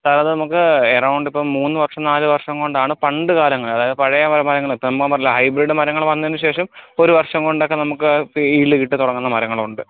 സാറെ അത് നമുക്ക് എറൌണ്ട് മൂന്ന് വർഷം നാല് വർഷം കൊണ്ടാണ് പണ്ട് കാലങ്ങളിൽ അതായത് പഴയ മരങ്ങള് ഇപ്പം ഞാൻ പറഞ്ഞില്ലേ ഹൈബ്രിഡ് മരങ്ങള് വന്നതിന് ശേഷം ഒരു വർഷം കൊണ്ടൊക്കെ നമുക്ക് ഈൽഡ് കിട്ടി തുടങ്ങുന്ന മരങ്ങളുണ്ട്